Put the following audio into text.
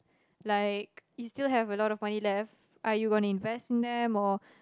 like you still have a lot of money left are you gonna invest in them or